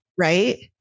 right